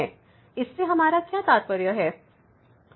इससे हमारा क्या तात्पर्य है